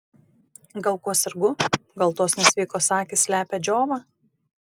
gal kuo sergu gal tos nesveikos akys slepia džiovą